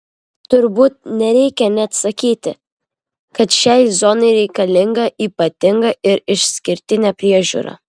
turbūt nereikia net sakyti kad šiai zonai reikalinga ypatinga ir išskirtinė priežiūra